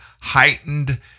heightened